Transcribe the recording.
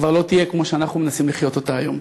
כבר לא תהיה כמו שאנחנו מנסים לחיות אותה היום.